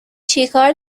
چیکار